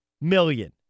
million